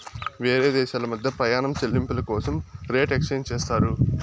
వేరే దేశాల మధ్య ప్రయాణం చెల్లింపుల కోసం రేట్ ఎక్స్చేంజ్ చేస్తారు